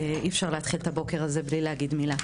אי אפשר להתחיל את הבוקר הזה בלי להגיד מילה.